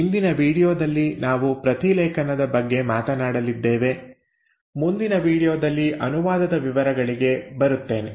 ಇಂದಿನ ವೀಡಿಯೊದಲ್ಲಿ ನಾವು ಪ್ರತಿಲೇಖನದ ಬಗ್ಗೆ ಮಾತನಾಡಲಿದ್ದೇವೆ ಮುಂದಿನ ವೀಡಿಯೊದಲ್ಲಿ ಅನುವಾದದ ವಿವರಗಳಿಗೆ ಬರುತ್ತೇನೆ